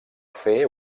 fer